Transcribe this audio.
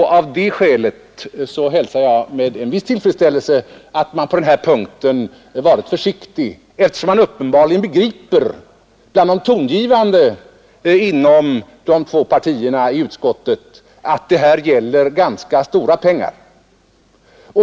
Jag hälsar det därför med viss tillfredsställelse att dessa reservanter varit försiktiga på denna punkt; bland de tongivande i de två partierna i utskottet begriper man uppenbarligen att det här gäller stora pengar.